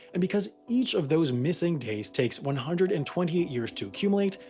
and because each of those missing days takes one hundred and twenty eight years to accumulate,